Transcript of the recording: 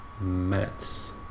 minutes